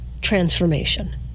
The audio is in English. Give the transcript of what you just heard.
transformation